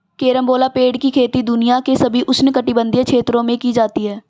carambola पेड़ की खेती दुनिया के सभी उष्णकटिबंधीय क्षेत्रों में की जाती है